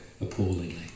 appallingly